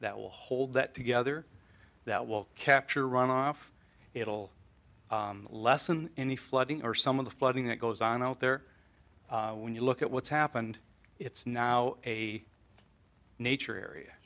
that will hold that together that will capture runoff it'll lessen any flooding or some of the flooding that goes on out there when you look at what's happened it's now a nature area